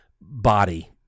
body